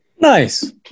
Nice